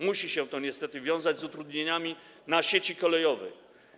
Musi się to niestety wiązać z utrudnieniami na sieci kolejowej.